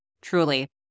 Truly